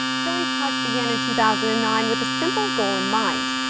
tillie's touch began in two thousand and nine with a simple goal in mind,